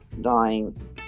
dying